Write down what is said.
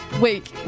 Wait